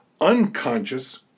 unconscious